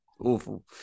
awful